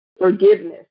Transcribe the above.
forgiveness